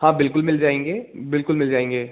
हाँ बिल्कुल मिल जाएंगे बिल्कुल मिल जाएंगे